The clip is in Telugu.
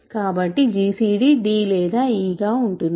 కాబట్టి gcd d లేదా e గా ఉంటుంది